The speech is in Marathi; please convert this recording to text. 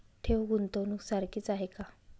ठेव, गुंतवणूक सारखीच आहे का?